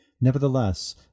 Nevertheless